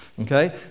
Okay